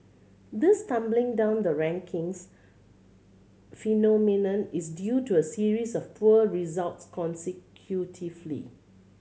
this tumbling down the rankings phenomenon is due to a series of poor results consecutively